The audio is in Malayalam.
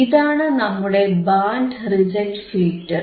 ഇതാണ് നമ്മുടെ ബാൻഡ് റിജക്ട് ഫിൽറ്റർ